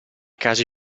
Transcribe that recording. casi